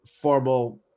formal